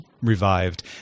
revived